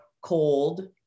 cold